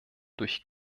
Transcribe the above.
durch